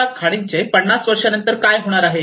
या खाणीचे 50 वर्षानंतर काय होणार आहे